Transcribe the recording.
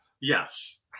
Yes